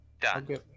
Done